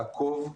לעקוב,